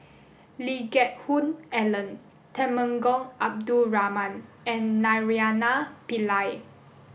Lee Geck Hoon Ellen Temenggong Abdul Rahman and Naraina Pillai